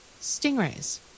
stingrays